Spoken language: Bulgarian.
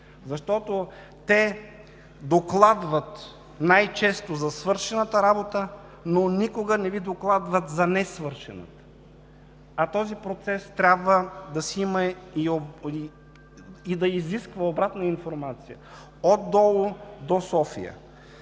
най-често докладват за свършената работа, но никога не Ви докладват за несвършената, а този процес трябва и да изисква обратна информация от долу до София.